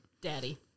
Daddy